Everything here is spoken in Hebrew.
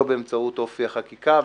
לא באמצעות אופי החקיקה,